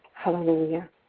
Hallelujah